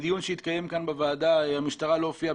בדיון שהתקיים כאן בוועדה, המשטרה לא הופיעה.